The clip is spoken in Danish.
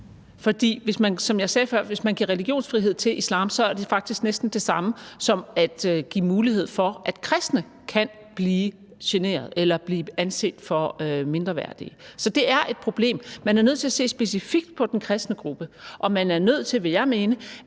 for, som jeg sagde før, hvis man giver religionsfrihed til islam, er det faktisk næsten det samme som at give mulighed for, at kristne kan blive generet eller blive anset for mindreværdige. Så det er et problem. Man er nødt til at se specifikt på den kristne gruppe. Og man er nødt til – vil jeg mene